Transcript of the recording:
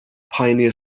pioneer